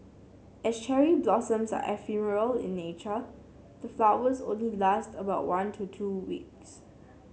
as cherry blossoms are ephemeral in nature the flowers only last about one to two weeks